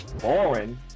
boring